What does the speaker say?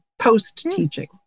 post-teaching